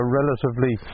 relatively